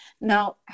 Now